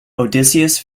odysseus